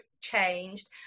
changed